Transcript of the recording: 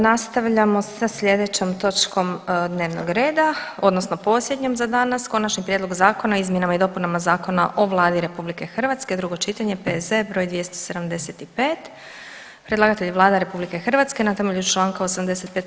Nastavljamo sa slijedećom točkom dnevnog reda odnosno posljednjom za danas: - Konačni prijedlog Zakona o izmjenama i dopunama Zakona o Vladi RH, drugo čitanje, P.Z. broj 275 Predlagatelj je Vlada RH na temelju Članka 85.